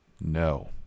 No